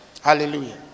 Hallelujah